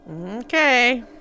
Okay